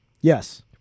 Yes